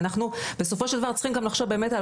ואנחנו בסופו של דבר צריכים גם לחשוב באמת על